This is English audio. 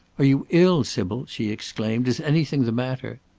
are you ill, sybil? she exclaimed is anything the matter?